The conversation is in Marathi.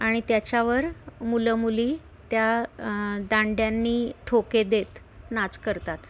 आणि त्याच्यावर मुलं मुली त्या दांड्यांनी ठोके देत नाच करतात